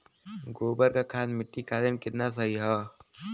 गोबर क खाद्य मट्टी खातिन कितना सही ह?